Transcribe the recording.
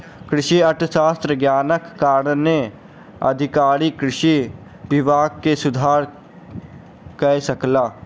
कृषि अर्थशास्त्रक ज्ञानक कारणेँ अधिकारी कृषि विभाग मे सुधार कय सकला